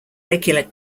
regular